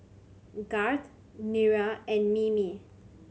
Garth Nira and Mimi